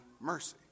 mercy